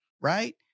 Right